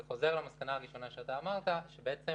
זה חוזר למסקנה הראשונה שאתה אמרת שבעצם